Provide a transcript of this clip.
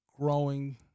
growing